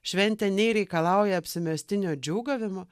šventė nei reikalauja apsimestinio džiūgavimo